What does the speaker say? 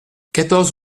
quatorze